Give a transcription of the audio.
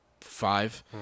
five